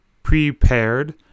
prepared